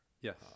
Yes